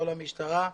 לא למשטרה,